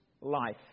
life